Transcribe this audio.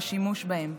בשימוש בהם.